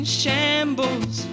shambles